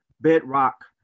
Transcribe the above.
bedrock